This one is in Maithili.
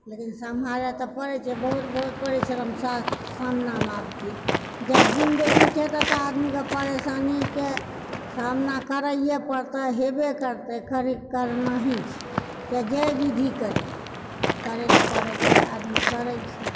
लेकिन सम्हारय तऽ पड़ैत छै बहुत बहुत परिश्रम साथ सामनामऽ आब छै जा जिन्दगी छै ता आदमीकऽ परेशानीके सामना करैए पड़तऽ हेबय करतय करना ही छै चाहे जे विधि करै करयलऽ पड़ैत छै आदमी करैत छै